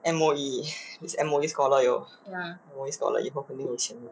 M_O_E he's M_O_E scholar yo M_O_E scholar 以后肯定有钱的